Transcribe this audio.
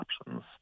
options